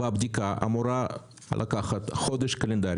הבדיקה אמורה לקחת חודש קלנדרי